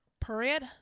Period